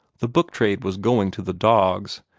the book trade was going to the dogs,